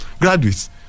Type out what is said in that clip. graduates